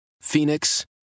Phoenix